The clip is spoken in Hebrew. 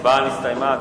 ההצבעה נסתיימה.